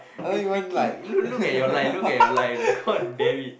you freaking you look at your line look at your line god damn it